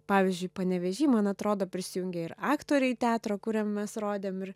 pavyzdžiui panevėžy man atrodo prisijungė ir aktoriai teatro kuriam mes rodėm ir